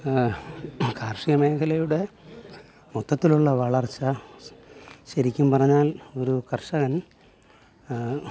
കാർഷിക മേഖലയുടെ മൊത്തത്തിലുള്ള വളർച്ച ശരിക്കും പറഞ്ഞാൽ ഒരു കർഷകൻ